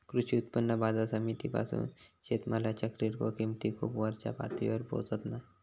कृषी उत्पन्न बाजार समितीपासून शेतमालाच्या किरकोळ किंमती खूप वरच्या पातळीवर पोचत नाय